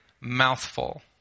mouthful